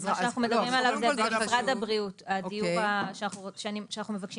מה שאנחנו מדברים עליו זה במשרד הבריאות,